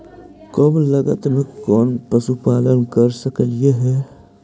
कम लागत में कौन पशुपालन कर सकली हे?